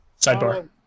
Sidebar